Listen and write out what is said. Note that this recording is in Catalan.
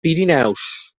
pirineus